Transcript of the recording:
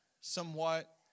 somewhat